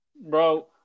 Bro